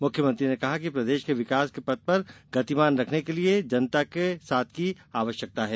मुख्यमंत्री ने कहा कि प्रदेश को विकास के पथ पर गतिमान रखने के लिए जनता के साथ की जरूरत है